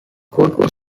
could